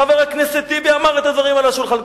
חבר הכנסת טיבי שם את הדברים על השולחן.